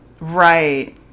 Right